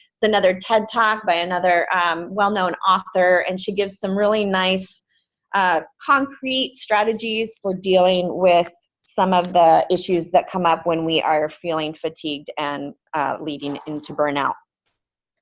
it's another ted talk by another well-known author and she gives some really nice ah concrete strategies for dealing with some of the issues that come up when we are feeling fatigued and leading into burnout.